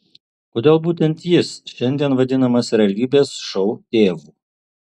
kodėl būtent jis šiandien vadinamas realybės šou tėvu